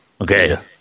Okay